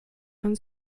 von